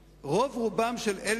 רוב רובם של ניצולי השואה,